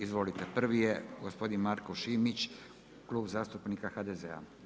Izvolite, prvi je gospodin Marko Šimić Klub zastupnika HDZ-a.